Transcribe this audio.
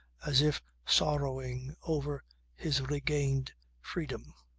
as if sorrowing over his regained freedom.